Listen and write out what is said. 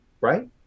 right